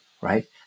right